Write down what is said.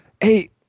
Hey